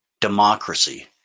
democracy